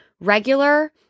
regular